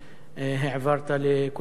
העברת לכולנו.